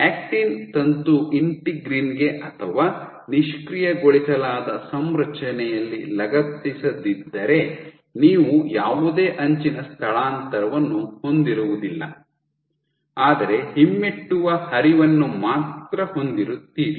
actin ತಂತು integrin ಗೆ ಅಥವಾ ನಿಷ್ಕ್ರಿಯಗೊಳಿಸಲಾದ ಸಂರಚನೆಯಲ್ಲಿ ಲಗತ್ತಿಸದಿದ್ದರೆ ನೀವು ಯಾವುದೇ ಅಂಚಿನ ಸ್ಥಳಾಂತರವನ್ನು ಹೊಂದಿರುವುದಿಲ್ಲ ಆದರೆ ಹಿಮ್ಮೆಟ್ಟುವ ಹರಿವನ್ನು ಮಾತ್ರ ಹೊಂದಿರುತ್ತೀರಿ